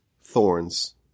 thorns